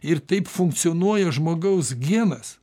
ir taip funkcionuoja žmogaus genas